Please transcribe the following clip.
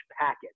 packet